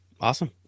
Awesome